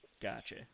Gotcha